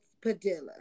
Padilla